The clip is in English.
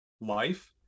life